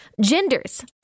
genders